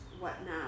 whatnot